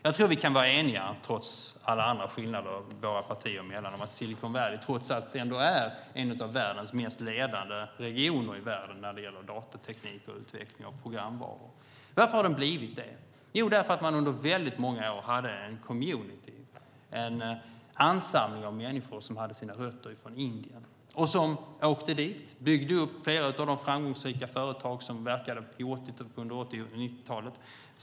Jag tror att vi, trots alla andra skillnader våra partier emellan, kan vara eniga om att Silicon Valley trots allt är en av världens mest ledande regioner när det gäller datateknik och utveckling av programvaror. Varför har det blivit så? Jo, därför att man under väldigt många år hade en community, en ansamling av människor som hade sina rötter i Indien som åkte dit och byggde upp flera av de framgångsrika företag som verkade under 80 och 90-talen.